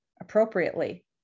appropriately